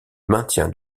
maintien